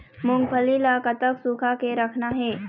मूंगफली ला कतक सूखा के रखना हे?